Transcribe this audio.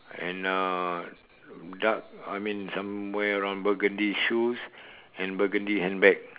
and uh dark I mean somewhere around burgundy shoes and burgundy handbag